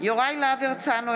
יוראי להב הרצנו,